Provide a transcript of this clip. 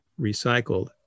recycled